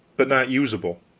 but not usable.